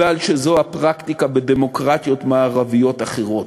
שזאת הפרקטיקה בדמוקרטיות מערביות אחרות.